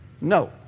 No